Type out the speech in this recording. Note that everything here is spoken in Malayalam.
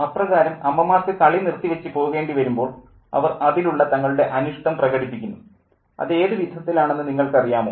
അപ്രകാരം അമ്മമാർക്ക് കളി നിർത്തി വച്ച് പോകേണ്ടി വരുമ്പോൾ അവർ അതിലുള്ള തങ്ങളുടെ അനിഷ്ടം പ്രകടിപ്പിക്കുന്നു അത് ഏതു വിധത്തിലാണെന്ന് നിങ്ങൾക്കറിയാമോ